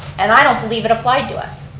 and i don't believe it applied to us.